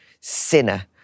sinner